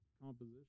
composition